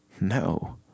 No